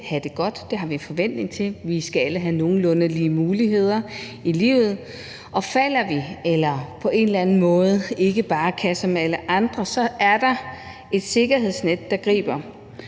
have det godt; det har vi en forventning om. Vi skal alle have nogenlunde lige muligheder i livet, og falder vi, eller hvis vi på en eller anden måde ikke bare kan som alle andre, så er der et sikkerhedsnet, der griber